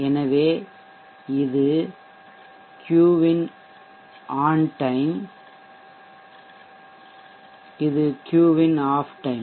எனவே இது Q இன் ஆன் டைம் Q இது Q இன் ஆஃப் டைம்